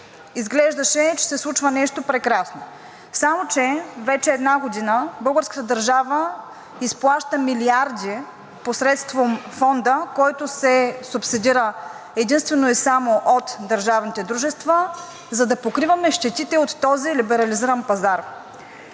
изглеждаше, че се случва нещо прекрасно. Само че вече една година българската държава изплаща милиарди посредством фонда, който се субсидира единствено и само от държавните дружества, за да покриваме щетите от този либерализиран пазар.